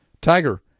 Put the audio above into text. tiger